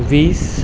वीस